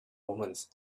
omens